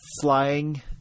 flying